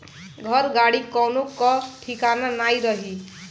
घर, गाड़ी कवनो कअ ठिकान नाइ रही